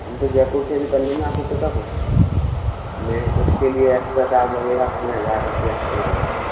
हम तो जयपुर से भी कर लेंगे आपको पिकअप ले उसके लिए एक्स्ट्रा चार्ज लगेगा तीन हजार रुपए एक्स्ट्रा लगेगा सर